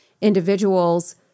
individuals